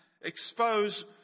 expose